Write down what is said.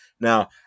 Now